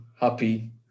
happy